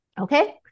Okay